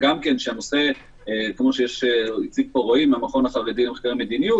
כמו שהציג רועי מהמכון החרדי למחקרי מדיניות,